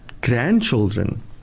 grandchildren